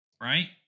right